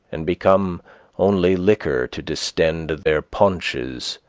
and become only liquor to distend their paunches,